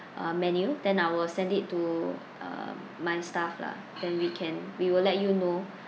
uh menu then I will send it to um my staff lah then we can we will let you know